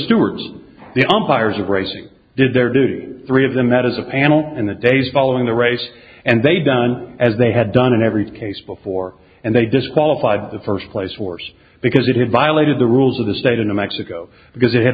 stewards the umpires of racing did their duty three of them that is a panel in the days following the race and they done as they had done in every case before and they disqualified the first place force because it had violated the rules of the state in a mexico because it had